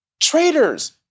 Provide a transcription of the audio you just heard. Traitors